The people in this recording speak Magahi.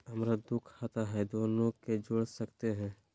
हमरा दू खाता हय, दोनो के जोड़ सकते है?